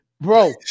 bro